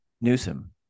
Newsom